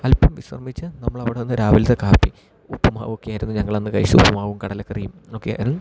അൽപ്പം വിശ്രമിച്ച് നമ്മളവിടെന്ന് രാവിലത്തെ കാപ്പി ഉപ്പ്മാവൊക്കെയായിരുന്നു ഞങ്ങളന്ന് കഴിച്ചത് ഉപ്പുമാവും കടലക്കറിയും ഒക്കെ ആയിരുന്നു